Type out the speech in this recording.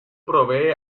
provee